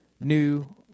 new